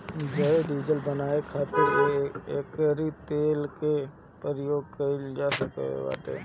जैव डीजल बानवे खातिर एकरी तेल के प्रयोग कइल जा सकत बाटे